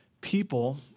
people